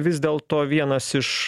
vis dėlto vienas iš